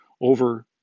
over